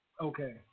Okay